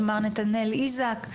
מר נתנאל איזק,